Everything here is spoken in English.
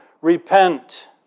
Repent